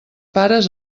pares